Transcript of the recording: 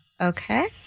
Okay